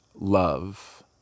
Love